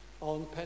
on